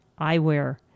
eyewear